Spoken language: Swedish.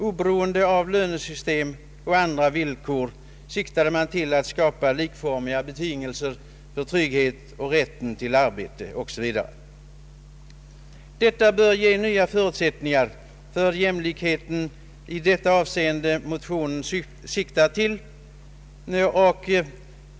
Oberoende av lönesättning och andra villkor siktar man till att skapa likformiga betingelser för tryggheten och rätten till arbete o.s.v. Detta bör ge nya förutsättningar för jämlikheten i det avseende motionen siktar till.